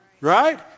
Right